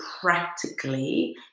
practically